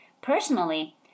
Personally